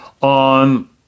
on